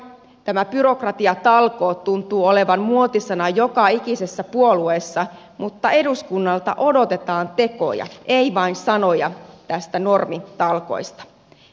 tämä byrokratiatalkoo tuntuu olevan muotisana joka ikisessä puolueessa mutta eduskunnalta odotetaan tekoja ei vain sanoja näistä normitalkoista